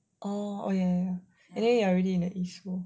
oh oh ya ya anyway you are already in the east so